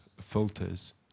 filters